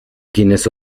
quienes